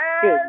Good